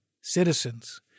citizens